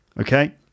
okay